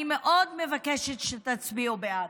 אני מאוד מבקשת שתצביעו בעד.